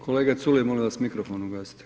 Kolega Culej molim vas mikrofon ugasite.